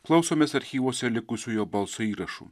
klausomės archyvuose likusių jo balso įrašų